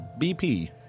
BP